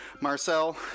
Marcel